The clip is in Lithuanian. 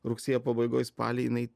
rugsėjo pabaigoj spalį jinai